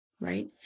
right